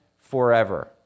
forever